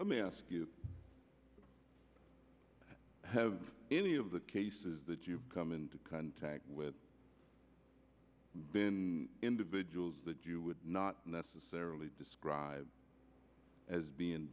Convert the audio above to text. let me ask you have any of the cases that you've come into contact with been individuals that you would not necessarily describe as being